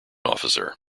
officer